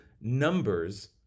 numbers